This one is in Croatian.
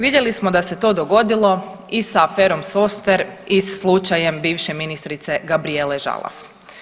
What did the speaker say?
Vidjeli smo da se to dogodilo i sa aferom softver i sa slučajem bivše ministrice Gabrijele Žalac.